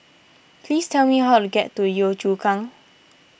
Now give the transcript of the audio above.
please tell me how to get to Yio Chu Kang